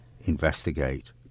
investigate